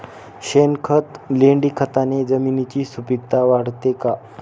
शेणखत, लेंडीखताने जमिनीची सुपिकता वाढते का?